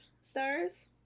stars